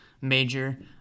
major